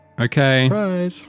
Okay